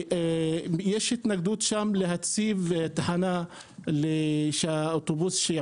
אבל יש התנגדות להציב שם תחנת אוטובוס כדי